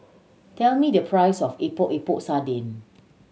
tell me the price of Epok Epok Sardin